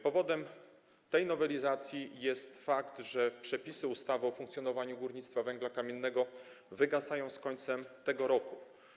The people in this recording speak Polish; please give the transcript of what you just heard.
Powodem tej nowelizacji jest fakt, że przepisy ustawy o funkcjonowaniu górnictwa węgla kamiennego wygasają z końcem tego roku.